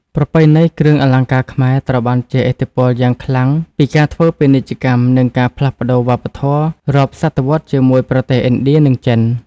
ប្រពៃណីគ្រឿងអលង្ការខ្មែរត្រូវបានជះឥទ្ធិពលយ៉ាងខ្លាំងពីការធ្វើពាណិជ្ជកម្ម និងការផ្លាស់ប្តូរវប្បធម៌រាប់សតវត្សជាមួយប្រទេសឥណ្ឌា និងចិន។